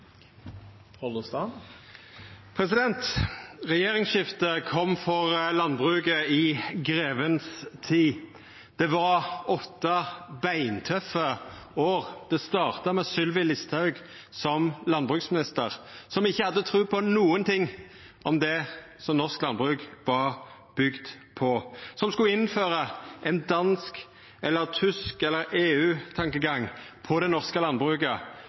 landbruket. Regjeringsskiftet kom for landbruket i grevens tid. Det var åtte beintøffe år. Det starta med Sylvi Listhaug som landbruksminister, som ikkje hadde tru på noko av det norsk landbruk var bygd på, som skulle innføra ein dansk, tysk eller EU-tankegang i det norske landbruket,